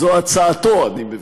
זו הצעתו, אני מבין.